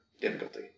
difficulty